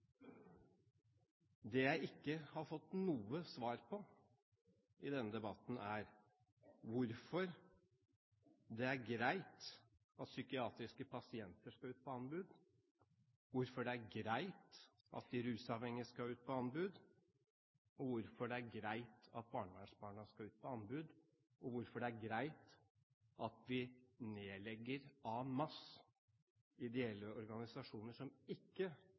Det jeg ikke har fått noe svar på i denne debatten, er hvorfor det er greit at psykiatriske pasienter skal ut på anbud, hvorfor det er greit at de rusavhengige skal ut på anbud, hvorfor det er greit at barnevernsbarn skal ut på anbud, og hvorfor det er greit at den rød-grønne regjeringen nedlegger en masse ideelle organisasjoner som